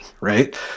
right